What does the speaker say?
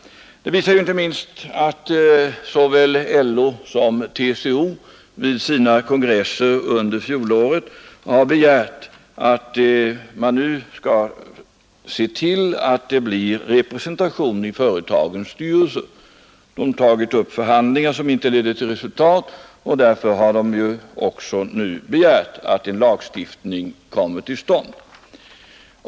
Detta visas inte minst av att såväl LO som TCO vid sina kongresser under fjolåret har begärt att man nu skall se till att det blir representation i företagens styrelser. LO och TCO har tagit upp förhandlingar som inte ledde till resultat, och därför har de nu begärt att en lagstiftning skall komma till stånd.